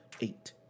eight